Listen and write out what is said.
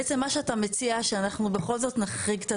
בעצם מה שאתה מציע שאנחנו בכל זאת נחריג,